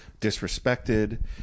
disrespected